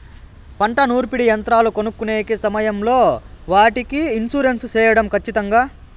పంట నూర్పిడి యంత్రాలు కొనుక్కొనే సమయం లో వాటికి ఇన్సూరెన్సు సేయడం ఖచ్చితంగా?